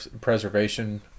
preservation